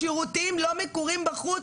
שירותים לא מקורים בחוץ,